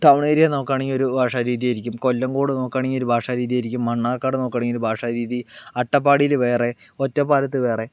town area നോക്കുകാണെങ്കിൽ ഒരു ഭാഷാരീതി യായിരിക്കും കൊല്ലംകോട് നോക്കുകാണെങ്കിൽ ഒരു ഭാഷാരീതി ആയിരിക്കും മണ്ണാർക്കാട് നോക്കുകാണെങ്കിൽ ഒരു ഭാഷാരീതി അട്ടപ്പാടിയില് വേറെ ഒറ്റപ്പാലത്ത് വേറെ